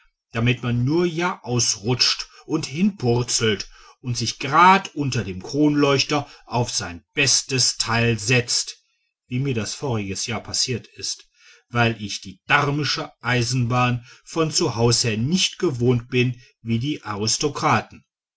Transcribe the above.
damit man nur ja ausrutscht und hinpurzelt und sich gerad unter dem kronleuchter auf sein bestes teil setzt wie mir das voriges jahr passiert ist weil ich die damische eisbahn von zu haus her nicht gewöhnt bin wie die